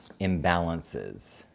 imbalances